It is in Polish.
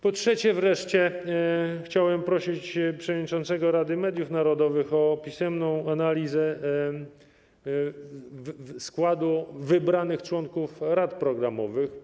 Po trzecie wreszcie, chciałbym prosić przewodniczącego Rady Mediów Narodowych o pisemną analizę składu wybranych członków rad programowych.